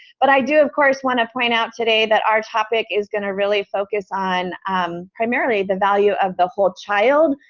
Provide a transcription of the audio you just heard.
but i do of course want to point out today that our topic is going to really focus on um primarily the value of the whole child,